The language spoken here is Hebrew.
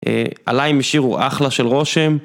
עליי הם שאירו אחלה של רושם.